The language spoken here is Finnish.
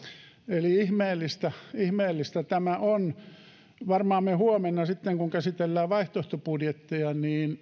eli ihmeellistä ihmeellistä tämä on varmaan me huomenna sitten kun käsittelemme vaihtoehtobudjetteja